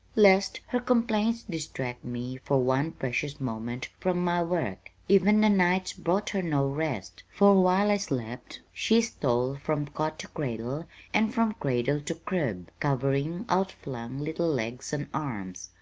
lest her complaints distract me for one precious moment from my work. even the nights brought her no rest, for while i slept, she stole from cot to cradle and from cradle to crib, covering outflung little legs and arms,